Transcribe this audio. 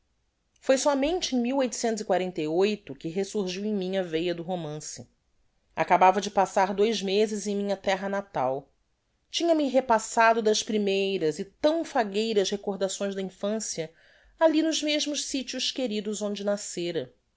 vi foi somente em que resurgiu em mim a veia do romance acabava de passar dois mezes em minha terra natal tinha-me repassado das primeiras e tão fagueiras recordações da infancia alli nos mesmos sitios queridos onde nascera